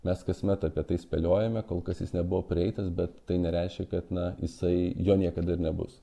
mes kasmet apie tai spėliojame kol kas jis nebuvo prieitas bet tai nereiškia kad na jisai jo niekada ir nebus